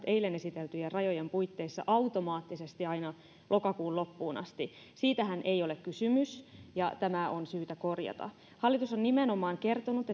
eilen esiteltyjen rajojen puitteissa automaattisesti aina lokakuun loppuun asti siitähän ei ole kysymys ja tämä on syytä korjata hallitus on nimenomaan kertonut